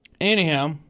Anyhow